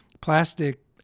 plastic